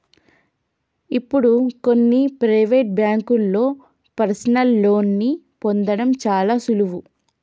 ఇప్పుడు కొన్ని ప్రవేటు బ్యేంకుల్లో పర్సనల్ లోన్ని పొందడం చాలా సులువు